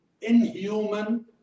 inhuman